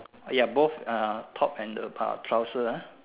ya both uh top and the uh trouser ah